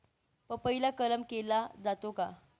पपईला कलम केला जातो का?